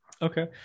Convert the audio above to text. Okay